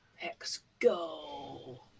X-Go